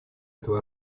этого